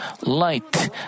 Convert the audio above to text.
light